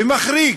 ומחריג,